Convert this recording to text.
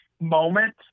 moment